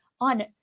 on